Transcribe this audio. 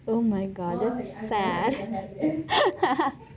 oh my god so ~ ha ha